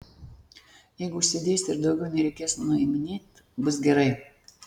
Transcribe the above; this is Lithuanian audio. jeigu uždėsi ir daugiau nereikės nuiminėt bus gerai